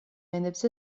ენებზე